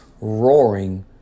roaring